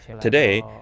Today